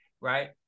Right